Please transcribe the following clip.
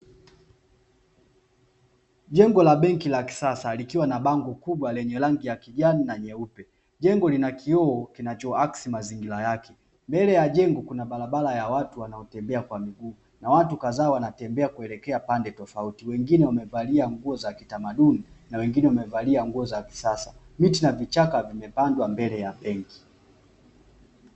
Jengo la benki la kisasa likiwa na bango kubwa lenye rangi ya kijani na nyeupe, jengo lina kioo kinachoaksi mazingira yake mbele ya jengo kuna barabara watu wanaotembea kwa miguu na watu kadhaa wanatembea kuelekea pande tofauti na wengine wamevalia nguo za kitamaduni na wengine wamevalia nguo za kisasa, geti na vichaka vimepandwa mbele ya jengo.